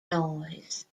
noise